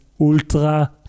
ultra